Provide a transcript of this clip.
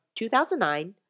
2009